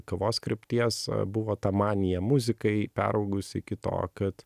kavos krypties buvo ta manija muzikai peraugusi iki to kad